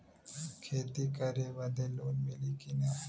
खेती करे बदे लोन मिली कि ना?